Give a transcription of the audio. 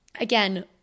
again